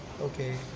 okay